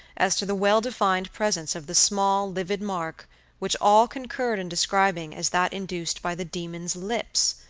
as to the well-defined presence of the small livid mark which all concurred in describing as that induced by the demon's lips,